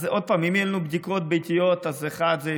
אז עוד פעם, אם יהיו לנו בדיקות ביתיות זה יפתור.